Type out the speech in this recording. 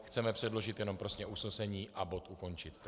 Chceme předložit jenom prostě usnesení a bod ukončit.